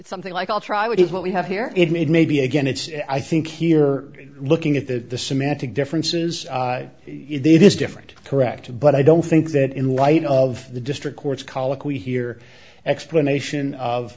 something like i'll try what is what we have here it may be again it's i think here looking at the semantic differences it is different correct but i don't think that in light of the district courts colloquy here explanation of